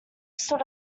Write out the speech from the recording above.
stood